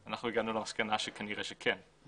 אנחנו הגענו למסקנה שכנראה שכן.